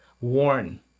warn